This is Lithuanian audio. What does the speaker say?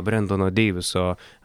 brendono deiviso